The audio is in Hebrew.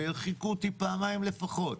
והרחיקו אותי פעמיים לפחות.